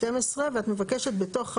שתים עשרה ואת מבקשת בתוך,